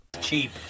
Cheap